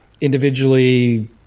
individually